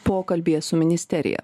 pokalbyje su ministerija